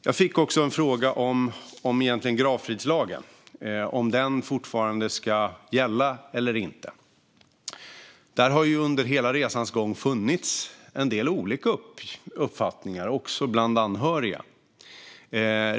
Jag fick också en fråga om gravfridslagen och om den fortfarande ska gälla eller inte. Under hela resans gång har det funnits en del olika uppfattningar, också bland anhöriga.